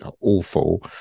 awful